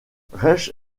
reich